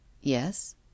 Yes